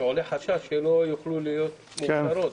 ועולה חשד שלא יוכלו להיות מאושרות.